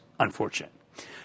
Unfortunate